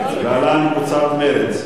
להלן: קבוצת סיעת מרצ.